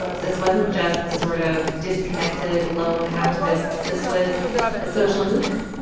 this wasn't just sort of disconnected lone activists this was a social movement